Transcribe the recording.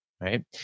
right